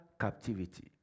captivity